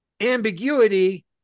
ambiguity